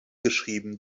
geschrieben